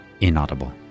Inaudible